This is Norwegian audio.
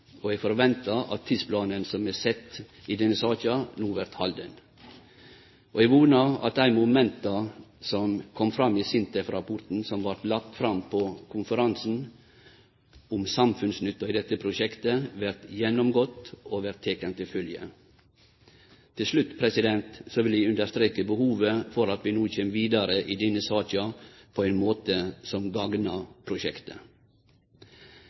og eg forventar at tidsplanen som er sett i denne saka, no vert halden. Eg vonar at ein gjennomgår dei momenta som kom fram i SINTEF-rapporten som vart lagd fram på konferansen, om samfunnsnytta i dette prosjektet, og at ein tek omsyn til dei. Til slutt vil eg understreke behovet for at vi no kjem vidare i denne saka på ein måte som gagnar prosjektet.